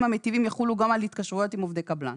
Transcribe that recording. המיטיבים יחולו גם על התקשרויות עם עובדי קבלן.